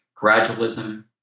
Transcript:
gradualism